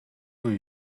doe